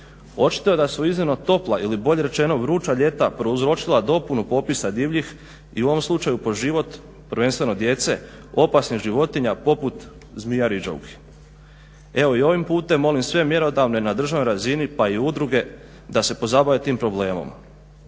Očito je da su iznimno topla ili bolje rečeno vruća ljeta prouzročila dopunu popisa divljih i u ovom slučaju po život prvenstveno djece opasnih životinja poput zmija riđovki. Evo i ovim putem molim sve mjerodavne na državnoj razini pa i udruge da se pozabave tim problemom.